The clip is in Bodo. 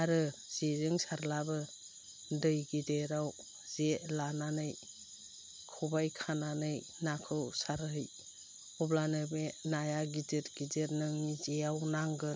आरो जेजों सारलाबो दै गिदिराव जे लानानै खबाय खानानै नाखौ सारहै अब्लानो बे नाया गिदिर गिदिर नोंनि जेयाव नांगोन